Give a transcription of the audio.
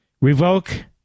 Revoke